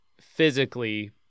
physically